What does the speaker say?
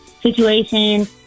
situation